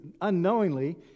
unknowingly